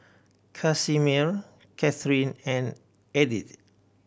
Casimir Catharine and Edythe